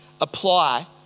apply